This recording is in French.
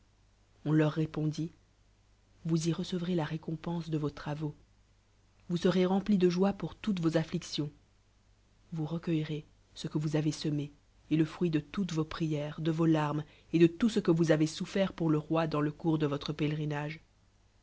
on leur l'épandit vous y recevrez la récompense de vos lrav iu vous serez remplis de joie pour toules vos afflictions vous recueillerez ce que vous avez semé et le fruit de toutes vos prières de vos larmes et de tout ce que vous avez sotifferl pour le roi dans le cours de votre pélerinage